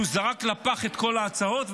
שהוא זרק לפח את כל ההצעות,